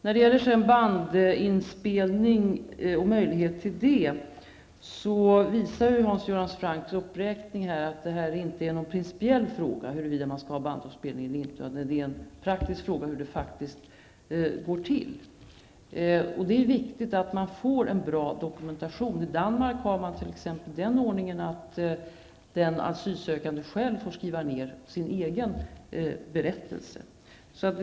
När det gäller möjligheterna till bandinspelning visar Hans Göran Francks uppräkning att det inte är någon principiell fråga, huruvida man skall ha bandinspelning eller inte. Det är en praktisk fråga hur det faktisk går till. Det är viktigt att man får en bra dokumentation. I Danmark har man t.ex. den ordningen att den asylsökande själv får skriva ner sin berättelse.